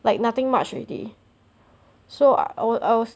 like nothing much already so err our ours